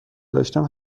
داشتم